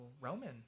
Roman